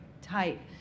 tight